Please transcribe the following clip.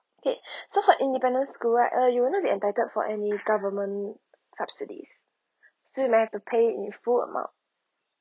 okay so for independence school right uh you'll not be entitled for any government subsidies you may have to pay in full amount